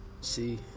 See